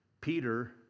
Peter